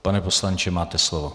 Pane poslanče, máte slovo.